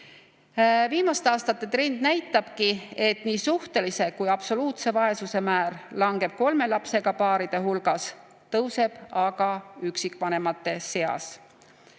Viimaste aastate trend näitabki, et nii suhtelise kui absoluutse vaesuse määr langeb kolme lapsega paaride hulgas, tõuseb aga üksikvanemate seas.